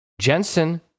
Jensen